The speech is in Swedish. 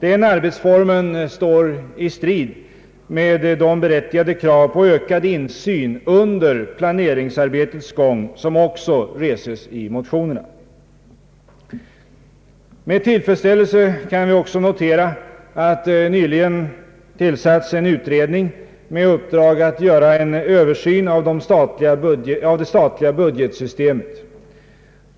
Den arbetsformen står i strid med de berättigade krav på ökad insyn under planeringsarbetets gång som också reses i motionerna. Med tillfredsställelse kan vi också notera att en utredning nyligen tillsatts med uppdrag att göra en översyn av det statliga budgetsystemet.